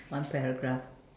one paragraph